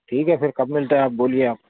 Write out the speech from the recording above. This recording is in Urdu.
ٹھیک ہے پھر کب ملتے ہیں آپ بولیے آپ